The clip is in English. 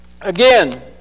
Again